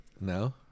No